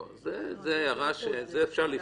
את זה אפשר לפתור.